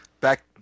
Back